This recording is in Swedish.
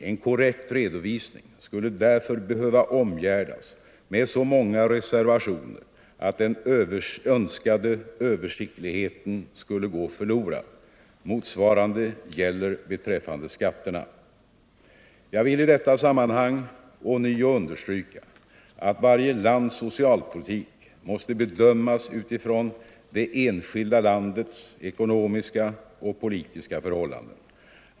En korrekt redovisning skulle därför behöva omgärdas med så många reservationer att den önskade översiktligheten skulle gå förlorad. Motsvarande gäller beträffande skatterna. Jag vill i detta sammanhang ånyo understryka att varje lands socialpolitik måste bedömas utifrån det enskilda landets ekonomiska och politiska förhållanden.